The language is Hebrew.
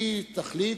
היא תחליט.